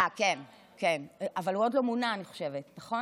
כן, כן, אבל הוא עוד לא מונה, אני חושבת, נכון?